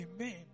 Amen